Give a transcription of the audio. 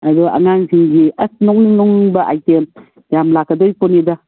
ꯑꯗꯨ ꯑꯉꯥꯡꯁꯤꯡꯒꯤ ꯑꯁ ꯅꯣꯛꯅꯤꯡ ꯅꯣꯛꯅꯤꯡꯕ ꯑꯥꯏꯇꯦꯝ ꯌꯥꯝ ꯂꯥꯛꯀꯗꯧꯔꯤ ꯄꯣꯠꯅꯤꯗ